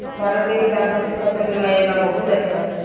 भारत के किसान खातिर फसल बीमा योजना बहुत अच्छा बा